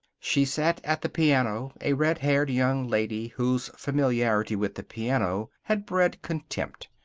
she sat at the piano, a red-haired young lady whose familiarity with the piano had bred contempt.